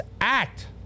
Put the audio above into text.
act